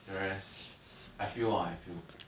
whereas I feel ah I feel